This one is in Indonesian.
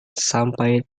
sampai